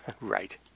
Right